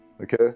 Okay